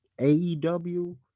aew